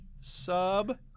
Sub